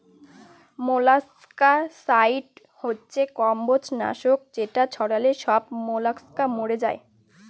molluscicide হচ্ছে কম্বজ নাশক যেটা ছড়ালে সব মলাস্কা মরে যায়